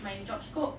my job scope